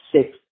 six